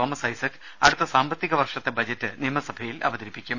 Thomas Isaac അടുത്ത സാമ്പത്തിക വർഷത്തെ ബജറ്റ് നിയമസഭയിൽ അവതരിപ്പിക്കും